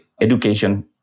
education